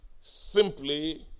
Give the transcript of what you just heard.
simply